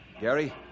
Gary